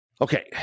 Okay